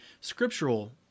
scriptural